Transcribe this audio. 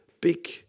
big